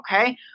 okay